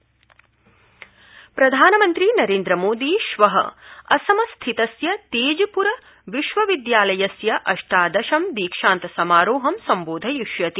प्रधानमन्त्री प्रधानमन्त्री नरेन्द्र मोदी श्वः असमस्थितस्य तेजपुर विश्वविदयालयस्य अष्टादशम् दीक्षान्तसमारोहं सम्बोधयिष्यति